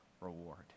reward